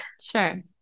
sure